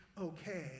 okay